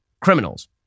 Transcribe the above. criminals